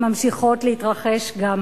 ממשיכות להתרחש גם היום.